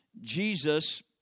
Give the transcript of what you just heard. Jesus